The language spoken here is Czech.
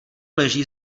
leží